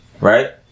right